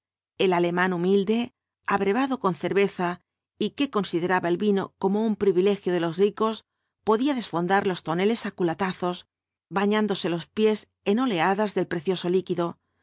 el alemán humilde abrevado con cerveza y que consideraba el vino como un privilegio de los ricos podía desfondar los toneles á culatazos bañándose los pies en oleadas del precioso líquido